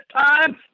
time